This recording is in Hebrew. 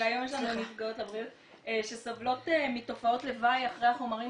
היום יש לנו נפגעות שסובלות מתופעות לוואי אחרי החומרים